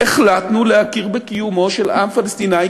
החלטנו להכיר בקיומו של עם פלסטיני,